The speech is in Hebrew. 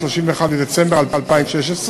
31 בדצמבר 2016,